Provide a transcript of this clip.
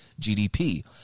GDP